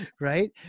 right